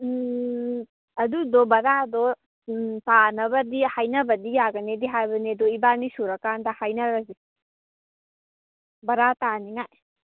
ꯑꯗꯨꯗꯣ ꯚꯔꯥꯗꯣ ꯇꯥꯅꯕꯗꯤ ꯍꯥꯏꯅꯕꯗꯤ ꯌꯥꯒꯅꯤꯗꯤ ꯍꯥꯏꯕꯅꯦ ꯑꯗꯣ ꯏꯕꯥꯅꯤ ꯁꯨꯔꯀꯥꯟꯗ ꯍꯥꯏꯅꯔꯁꯤ ꯚꯔꯥ ꯇꯥꯅꯤꯉꯥꯏ